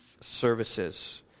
Services